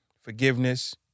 forgiveness